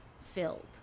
filled